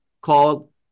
called